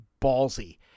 ballsy